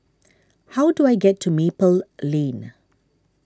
how do I get to Maple Lane